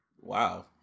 Wow